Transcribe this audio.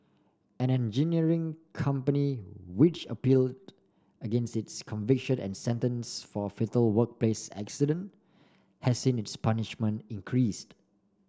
an engineering company which appealed against its conviction and sentence for fatal workplace accident has seen its punishment increased